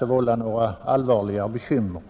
vålla några allvarligare bekymmer.